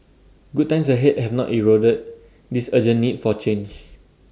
good times ahead have not eroded this urgent need for change